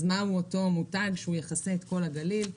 אז מהו אותו מותג שיכסה את כל הגליל?